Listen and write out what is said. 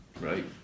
Right